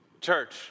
Church